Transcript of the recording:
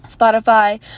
spotify